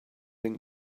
and